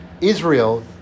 Israel